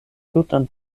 tutan